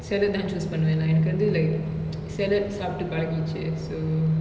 salad then choose பண்ணுவ:pannuva lah எனக்கு வந்து:enaku vanthu like salad சாப்ட்டு பலகிச்சு:saaptu palakichu so